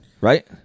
Right